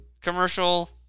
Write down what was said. commercial